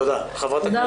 תודה רבה.